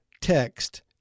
text